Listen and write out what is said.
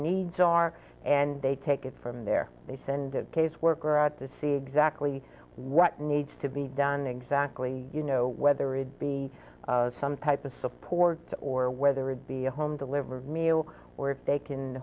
needs are and they take it from there they send a caseworker out to see exactly what needs to be done exactly you know whether it be some type of support or whether it be a home delivery meal or if they can